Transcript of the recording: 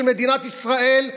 של מדינת ישראל,